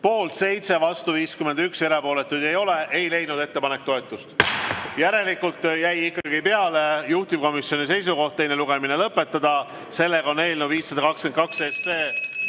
Poolt 7, vastu 51, erapooletuid ei ole, ei leidnud ettepanek toetust. Järelikult jäi ikkagi peale juhtivkomisjoni seisukoht teine lugemine lõpetada. Eelnõu 522